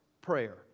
prayer